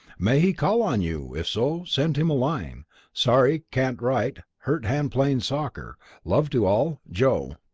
may he call on you if so send him a line sorry can't write hurt hand playing soccer love to all. joe.